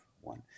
one